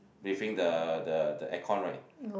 breathing the the the air con right